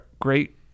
great